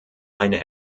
eine